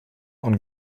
und